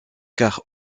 car